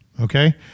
okay